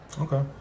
Okay